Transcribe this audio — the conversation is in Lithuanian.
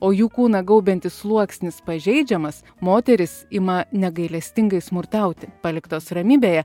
o jų kūną gaubiantis sluoksnis pažeidžiamas moteris ima negailestingai smurtauti paliktos ramybėje